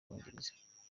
bwongereza